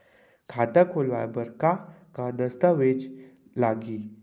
खाता खोलवाय बर का का दस्तावेज लागही?